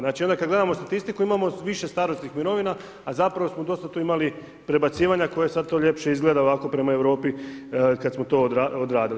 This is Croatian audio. Znači onda kad gledamo statistiku imamo više starosnih mirovina a zapravo smo dosta tu imali prebacivanja koje sad to ljepše izgleda ovako prema Europi kad smo to odradili.